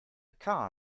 car